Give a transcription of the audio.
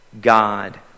God